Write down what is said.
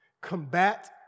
Combat